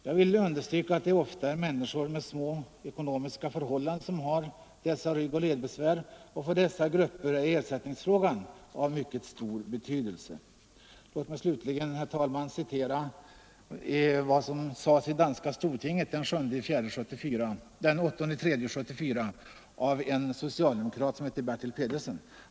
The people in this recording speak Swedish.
Jag vill understryka att det ofta är människor i små ekonomiska förhållanden som har dessa ryggoch ledbesvär, och för dessa grupper är ersättningsfrågan av mycket stor betydelse. Låt mig slutligen, herr talman, citera vad som sades i danska folketinget den 8 mars 1974 av en socialdemokrat som heter Bertel Pedersen.